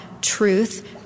truth